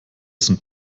sind